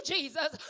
Jesus